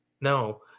No